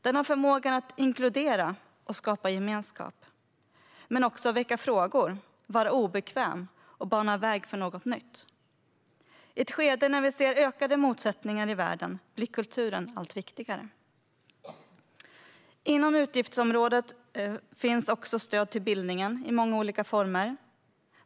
Den har förmågan att inkludera och skapa gemenskap, men också väcka frågor, vara obekväm och bana väg för något nytt. I ett skede när vi ser ökade motsättningar i världen blir kulturen allt viktigare. Inom utgiftsområdet finns också stöd till bildning i många olika former.